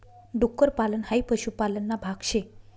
डुक्कर पालन हाई पशुपालन ना भाग शे